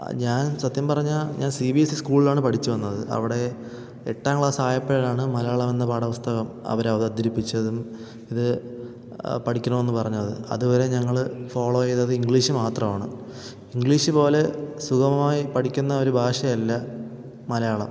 ഞാൻ സത്യം പറഞ്ഞാൽ ഞാൻ സി ബി എസ് സി സ്കൂളിലാണ് പഠിച്ചു വന്നത് അവിടെ എട്ടാം ക്ലാസ്സായപ്പോഴാണ് മലയാളമെന്ന പാഠപുസ്തകം അവരവതരിപ്പിച്ചതും ഇത് പഠിക്കണമെന്നു പറഞ്ഞത് അതു വരെ ഞങ്ങൾ ഫോളോ ചെയ്തത് ഇംഗ്ലീഷ് മാത്രമാണ് ഇംഗ്ലീഷ് പോലെ സുഖമമായി പഠിക്കുന്നൊരു ഭാഷയല്ല മലയാളം